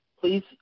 Please